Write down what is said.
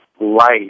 light